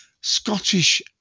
Scottish